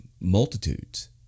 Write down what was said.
multitudes